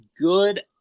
good